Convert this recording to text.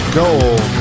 gold